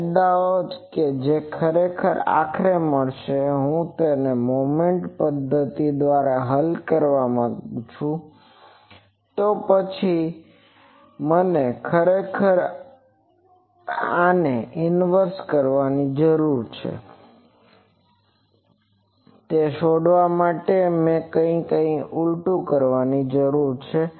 ફાયદાઓ કે જે ખરેખર આખરે મળશે જો હું તેને મોમેન્ટ દ્ધતિ દ્વારા હલ કરવા માંગું છું તો પછી મને ખરેખર આને ઇન્વેર્સ કરવાની જરૂર છે તે શોધવા માટે મને કંઈક ઉલટું કરવાની જરૂર છે